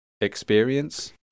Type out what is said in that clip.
experience